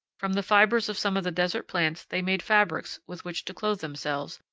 from the fibers of some of the desert plants they made fabrics with which to clothe themselves,